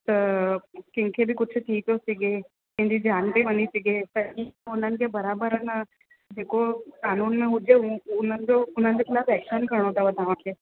त कंहिंखे बि कुझु थी थो सघे कंहिंजी जान पेई वञी सघे त उन्हनि बराबरि अन जेको कानून में हुजे उ उन्हनि जो उन्हनि जे खिलाफ़ एक्शन खणणो अथव तव्हांखे